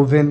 oven